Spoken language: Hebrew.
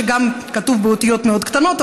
שגם כתוב באותיות מאוד קטנות,